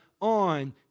on